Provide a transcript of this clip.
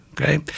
okay